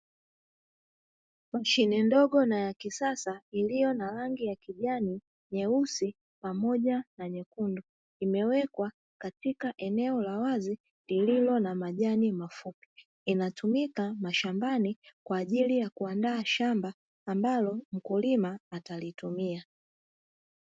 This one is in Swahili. Mashine ndogo na ya kisasa iliyo na rangi ya kijani, nyeusi pamoja na nyekundu imewekwa katika eneo la wazi lililo na majani mafupi, inatumika mashambani kwajili ya kuandaa shamba ambalo mkulima atalitumia.